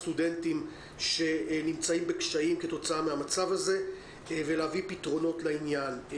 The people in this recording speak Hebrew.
הסטודנטים שנמצאים בקשיים כתוצאה מהמצב הזה ולהביא פתרונות לעניין.